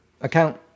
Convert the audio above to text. account